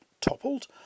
toppled